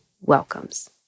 welcomes